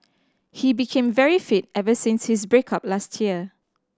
he became very fit ever since his break up last year